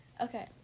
Okay